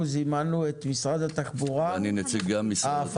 אנחנו זימנו את משרד התחבורה הפלסטינאי?